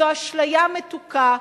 זו אשליה מתוקה,